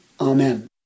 amen